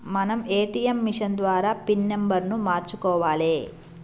మనం ATM machine ద్వారా PIN నెంబర్ను మార్చుకోవాలే